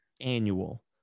annual